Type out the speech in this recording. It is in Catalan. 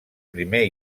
primer